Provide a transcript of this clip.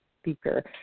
speaker